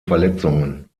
verletzungen